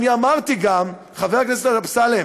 חבר הכנסת אמסלם,